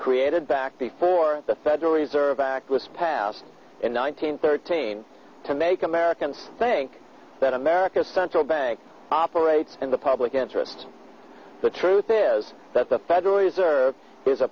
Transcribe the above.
created back before the federal reserve act was passed in one thousand thirteen to make americans think that america's central bank operates in the public interest the truth is that the federal reserve is a